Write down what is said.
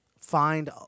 find